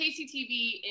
KCTV